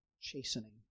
chastening